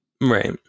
Right